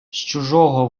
чужого